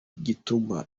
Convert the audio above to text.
gitumye